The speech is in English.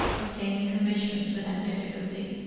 obtaining commissions without difficulty,